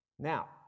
Now